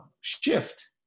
shift